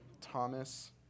Thomas